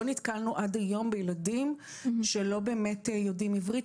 לא נתקלנו עד היום בילדים שלא באמת יודעים עברית,